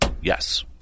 Yes